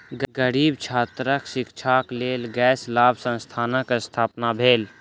गरीब छात्रक शिक्षाक लेल गैर लाभ संस्थानक स्थापना भेल